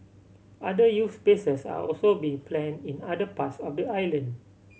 other youth spaces are also being plan in other parts of the island